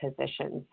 positions